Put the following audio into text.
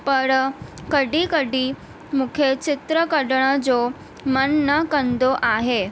पर कॾहिं कॾहिं मूंखे चित्र कढण जो मन न कंदो आहे